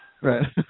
Right